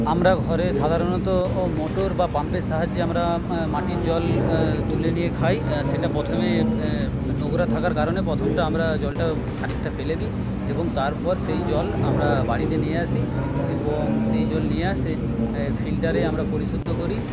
আমরা ঘরে সাধারণত মটর বা পাম্পের সাহায্যে আমরা মাটির জল তুলে নিয়ে খাই সেটা প্রথমে নোংরা থাকার কারণে প্রথমটা আমরা জলটা খানিকটা ফেলে দিই এবং তারপর সেই জল আমরা বাড়িতে নিয়ে আসি এবং সেই জল নিয়ে এসে ফিল্টারে আমরা পরিশুদ্ধ করি